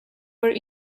were